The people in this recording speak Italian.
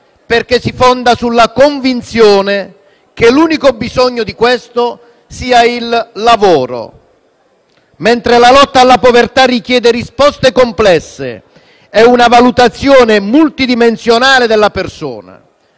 perché si fonda sulla convinzione che l'unico bisogno di queste sia il lavoro, mentre la lotta alla povertà richiede risposte complesse e una valutazione multidimensionale della persona,